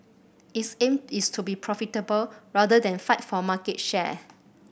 its aim is to be profitable rather than fight for market share